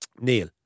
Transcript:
Neil